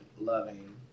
loving